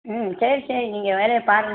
ம் சரி சரி நீங்கள் வேலையைப் பாருங்கள்